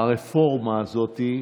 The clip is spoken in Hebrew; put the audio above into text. הרפורמה הזאת,